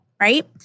right